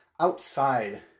outside